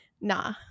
Nah